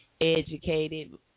educated